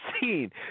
seen